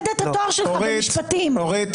שמורכבות משלושה שופטים שאחד מהם ערבי,